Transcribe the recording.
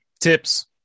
tips